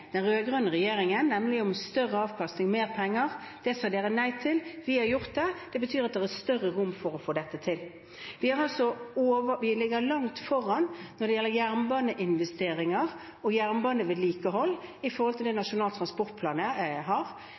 den rød-grønne regjeringen, nemlig om større avkastning, mer penger. Det sa de nei til. Vi har gjort det, og det betyr at det er større rom for å få dette til. Vi ligger langt foran når det gjelder jernbaneinvesteringer og jernbanevedlikehold, i forhold til Nasjonal transportplan,